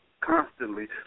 constantly